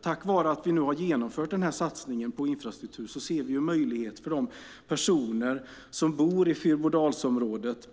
Tack vare att vi nu har genomfört satsningen på infrastruktur ser vi möjlighet för de personer som bor i Fyrbodalsområdet